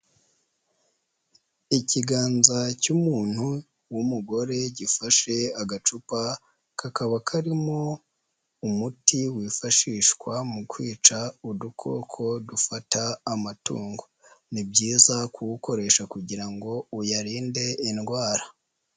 Ikiganza cy'umuntu w'umugore gifashe agacupa kakaba karimo umuti wifashishwa mu kwica udukoko dufata amatungo, ni byiza kuwukoresha kugira ngo uyarinde indwara.